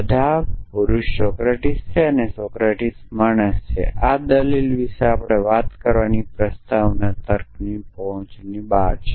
બધા પુરુષો સોક્રેટીસ છે સોક્રેટીસ માણસ છે આ દલીલ વિશે વાત કરવાની તે પ્રસ્તાવના તર્કની પહોંચની બહાર છે